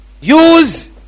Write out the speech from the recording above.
Use